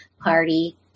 party